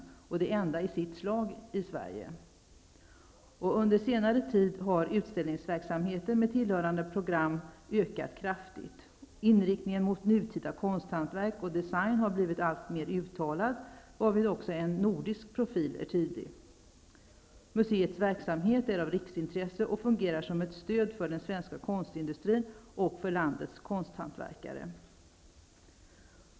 Det är det enda av sitt slag i Sverige. Under senare tid har utställningsverksamheten med tillhörande program ökat kraftigt. Inriktningen mot nutida konsthantverk och design har blivit alltmer uttalad, varvid också en nordisk profil är tydlig. Museets verksamhet är av riksintresse, och museet fungerar som ett stöd för den svenska konstindustrin och för landets konsthantverkare.